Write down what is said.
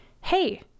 hey